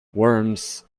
worms